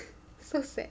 so sad